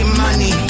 money